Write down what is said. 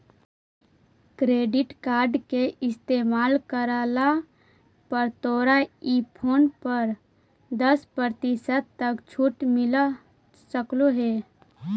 credit card के इस्तेमाल करला पर तोरा ई फोन पर दस प्रतिशत तक छूट मिल सकलों हे